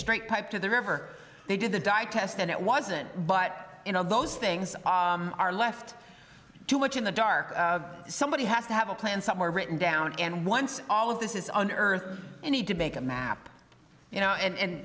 straight pipe to the river they did the dye test and it wasn't but you know those things are left too much in the dark somebody has to have a plan somewhere written down and once all of this is on earth and he did make a map you know and